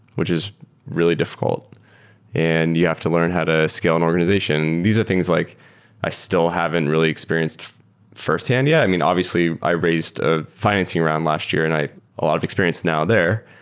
which is really diffi cult. and you have to learn how to scale an organization. these are things like i still haven't really experienced fi rst-hand yet. i mean, obviously, i raised a fi nancing round last year and i a lot of experience now there,